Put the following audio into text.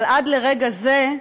אבל עד לרגע זה,